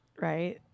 right